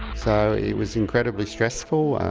so it was incredibly stressful.